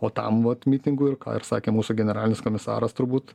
o tam vat mitingui ir ką ir sakė mūsų generalinis komisaras turbūt